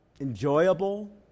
enjoyable